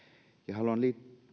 haluan